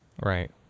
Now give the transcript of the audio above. Right